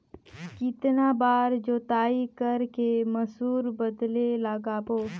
कितन बार जोताई कर के मसूर बदले लगाबो?